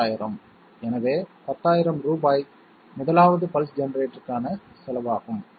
10000 எனவே 10000 ரூபாய் 1 வது பல்ஸ் ஜெனரேட்டருக்கான செலவாகும்